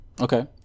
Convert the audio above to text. Okay